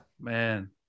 Man